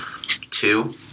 Two